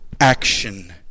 action